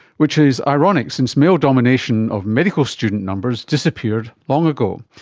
which is ironic since male domination of medical student numbers disappeared long ago.